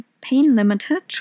pain-limited